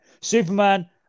Superman